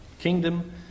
Kingdom